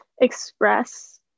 express